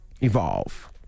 Evolve